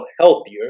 healthier